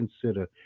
consider